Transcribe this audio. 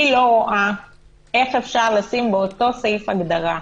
אני לא רואה איך אפשר לשים באותו סעיף הגדרה,